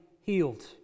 healed